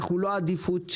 אנחנו לא עדיפות שניה.